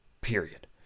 period